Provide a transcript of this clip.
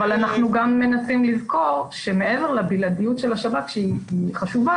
אבל אנחנו גם מנסים לזכור שמעבר לבלעדיות של השב"כ שהיא חשובה,